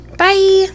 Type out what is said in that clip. bye